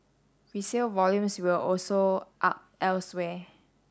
resale volumes were also up elsewhere